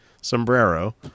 sombrero